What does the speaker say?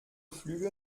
flüge